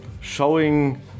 showing